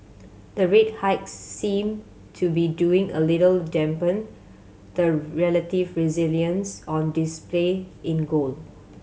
the rate hikes seem to be doing a little dampen the relative resilience on display in gold